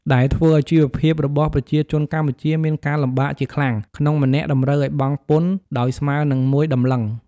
ដែលធ្វើឱ្យជីវភាពរបស់ប្រជាជនកម្ពុជាមានការលំបាកជាខ្លាំង ក្នុងម្នាក់តម្រូវឱ្យបង់ពន្ធ ដោយស្មើនិង ១តម្លឹង។